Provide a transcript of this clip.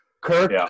Kirk